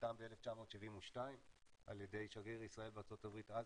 נחתם ב-1972 על ידי שגריר ישראל בארצות הברית אז,